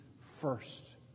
first